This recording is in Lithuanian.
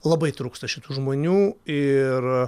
labai trūksta šitų žmonių ir